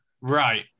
Right